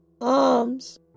arms